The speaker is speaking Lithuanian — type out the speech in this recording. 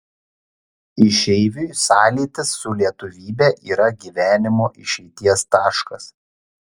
išeiviui sąlytis su lietuvybe yra gyvenimo išeities taškas